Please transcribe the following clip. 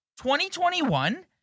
2021